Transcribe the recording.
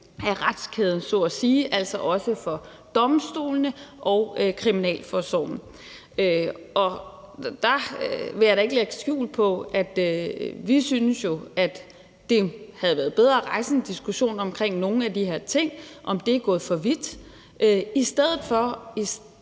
af retskæden så at sige, altså også for domstolene og kriminalforsorgen. Der vil jeg da ikke lægge skjul på, at vi jo synes, at det havde været bedre at rejse en diskussion om nogle af de her ting – om det er gået for vidt – i stedet for